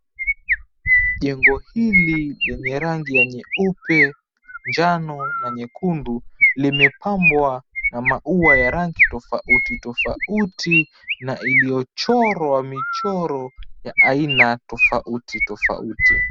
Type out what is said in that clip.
Jengo hili lenye rangi ya nyeupe, njano na nyekundu limepambwa na maua ya rangi tofauti tofauti na iliyochorwa michoro ya aina tofauti tofauti.